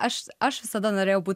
aš aš visada norėjau būt